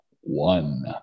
one